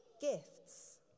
gifts